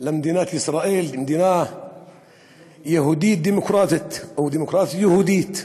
למדינת ישראל "מדינה יהודית-דמוקרטית" או "דמוקרטית-יהודית",